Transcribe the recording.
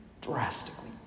drastically